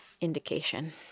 indication